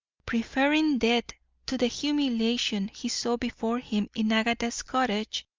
preferring death to the humiliation he saw before him in agatha's cottage,